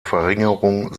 verringerung